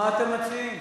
מה אתם מציעים,